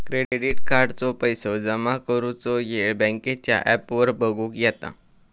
credit कार्डाचो पैशे जमा करुचो येळ बँकेच्या ॲपवर बगुक येता